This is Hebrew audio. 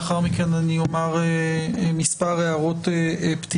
לאחר מכן אני אומר מספר הערות פתיחה,